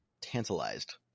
tantalized